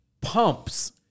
pumps